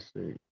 see